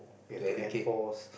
you have to enforce